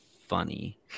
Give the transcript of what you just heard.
funny